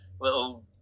little